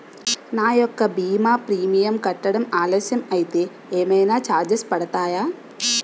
నా యెక్క భీమా ప్రీమియం కట్టడం ఆలస్యం అయితే ఏమైనా చార్జెస్ పడతాయా?